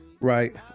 Right